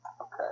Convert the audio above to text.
Okay